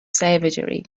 savagery